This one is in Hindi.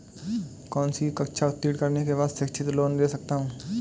कौनसी कक्षा उत्तीर्ण करने के बाद शिक्षित लोंन ले सकता हूं?